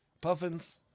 Puffins